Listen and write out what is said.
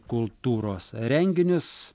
kultūros renginius